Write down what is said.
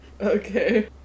Okay